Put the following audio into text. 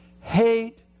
hate